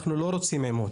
אנחנו לא רוצים עימות,